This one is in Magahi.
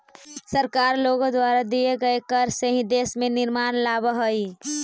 सरकार लोगों द्वारा दिए गए कर से ही देश में निर्माण लावअ हई